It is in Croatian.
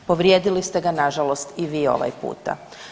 Povrijedili ste ga na žalost i vi ovaj puta.